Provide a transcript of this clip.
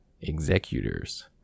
executors